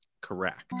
Correct